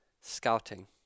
scouting